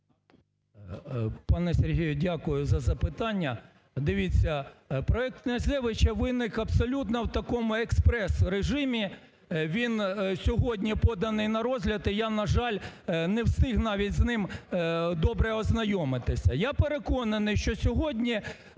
дякую за запитання.